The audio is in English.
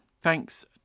Thanks